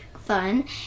fun